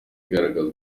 igaragaza